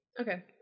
Okay